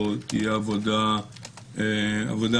תהיה עבודה מסודרת,